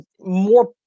more –